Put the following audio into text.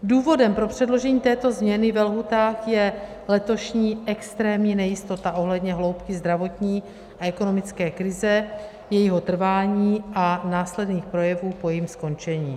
Důvodem pro předložení této změny ve lhůtách je letošní extrémní nejistota ohledně hloubky zdravotní a ekonomické krize, jejího trvání a následných projevů po jejím skončení.